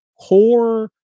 core